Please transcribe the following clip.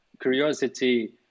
curiosity